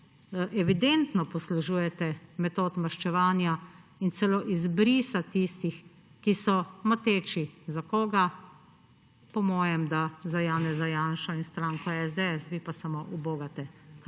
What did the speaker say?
evidentno poslužujete metod maščevanja in celo izbrisa tistih, ki so moteči – za koga? Po mojem, da za Janeza Janšo in stranko SDS; vi pa samo ubogate,